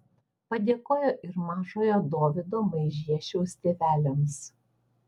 padėkojo ir mažojo dovydo maižiešiaus tėveliams